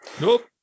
nope